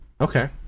Okay